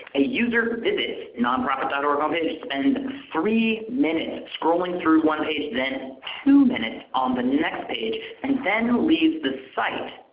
ah user nonprofit dot org home page, spends three minutes scrolling through one page, then two minutes on the next page and then leaves the site.